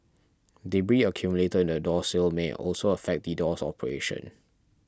debris accumulated in the door sill may also affect the door's operation